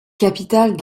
capitale